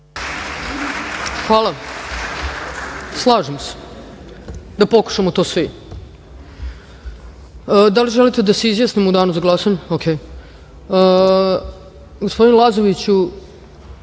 Hvala. Slažem se da pokušamo to svi. Da li želite da se izjasnimo u danu za glasanje? (Ne.)Gospodine Lazoviću,